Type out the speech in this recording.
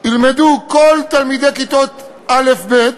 ילמדו כל תלמידי כיתות א' ב'